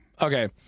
okay